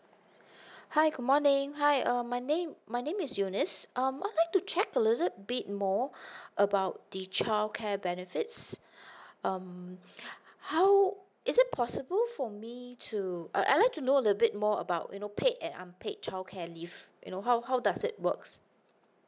hi good morning hi uh my name my name is eunice um I would like to check a little bit more about the childcare benefits um how is it possible for me to err I like to know a bit more about you know paid and unpaid childcare leave you know how how does it works